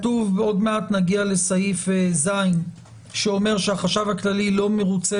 עוד מעט נגיע לסעיף ז' שאומר שהחשכ"ל לא מרוצה